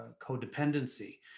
codependency